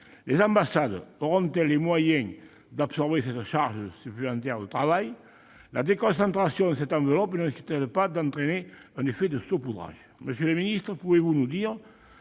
Les ambassades auront-elles les moyens d'absorber cette charge de travail supplémentaire ? La déconcentration de cette enveloppe ne risque-t-elle pas d'entraîner un effet de saupoudrage ? Monsieur le ministre, pouvez-vous nous dire